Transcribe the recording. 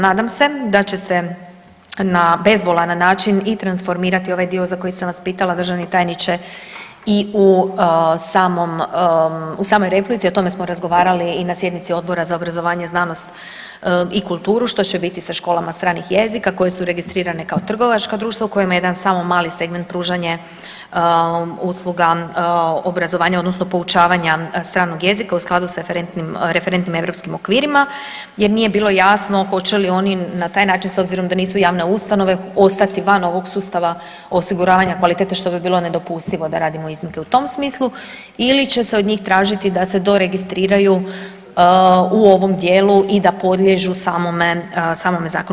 Nadam se da će se na bezbolan način i transformirati ovaj dio za koji sam vas pitala državni tajniče i u samom replici o tome smo razgovarali i na sjednici Odbora za obrazovanje, znanost i kulturu što će biti sa školama stranih jezika koje su registrirane kao trgovačka društva u kojima jedan samo malo segment pružanje usluga obrazovanja odnosno poučavanja stranog jezika u skladu sa referentnim europskim okvirima jer nije bilo jasno hoće li oni na taj način s obzirom da nisu javne ustanove ostati van ovog sustava osiguravanja kvalitete što bi bilo nedopustivo da radimo iznimke u tom smislu ili će se od njih tražiti da se do registriraju u ovom dijelu i da podliježu samome zakonu.